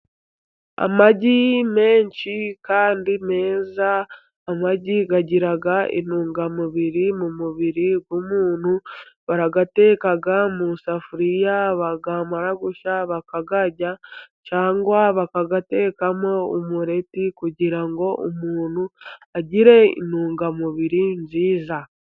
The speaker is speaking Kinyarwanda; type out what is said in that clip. Amagi menshi kandi meza amagi agira intungamubiri mu mubiri w'umuntu, barayateka mu isafuriya yamara gushya bakayarya cyangwa bakayatekamo umureti kugira ngo umuntu agire intungamubiri nziza.